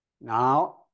Now